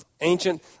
ancient